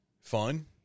fun